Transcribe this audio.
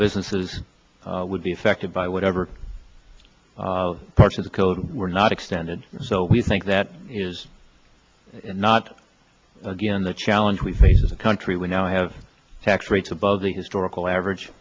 businesses would be affected by whatever parts of the code were not extended so we think that is not again the challenge we face as a country we now have tax rates above the historical average